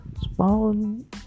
spawn